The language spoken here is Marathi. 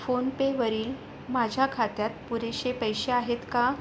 फोन पे वरील माझ्या खात्यात पुरेसे पैसे आहेत का